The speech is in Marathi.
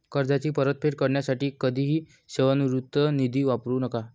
कर्जाची परतफेड करण्यासाठी कधीही सेवानिवृत्ती निधी वापरू नका